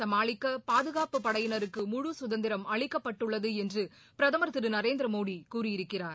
சமாளிக்க பாதுகாப்பு படையினருக்கு முழு சுதந்திரம் அளிக்கப்பட்டுள்ளது என்று பிரதம் திரு நரேந்திரமோடி கூறியிருக்கிறார்